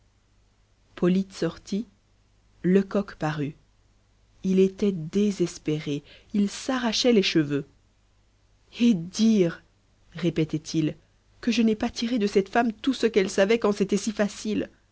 polyte sorti lecoq parut il était désespéré il s'arrachait les cheveux et dire répétait-il que je n'ai pas tiré de cette femme tout ce qu'elle savait quand c'était si facile